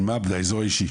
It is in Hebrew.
שמדובר על האזור האישי?